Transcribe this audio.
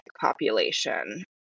population